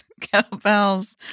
kettlebells